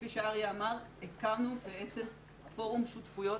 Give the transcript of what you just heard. כפי שאריה אמר, הקמנו פורום שותפויות